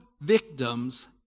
victims